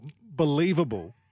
believable